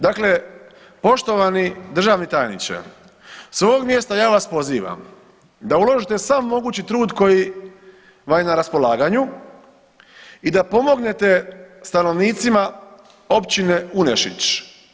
Dakle, poštovani državni tajniče s ovog mjesta ja vas pozivam da uložite sam mogući trud koji vam je na raspolaganju i da pomognete stanovnicima općine Unešić.